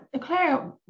Claire